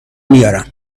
میارم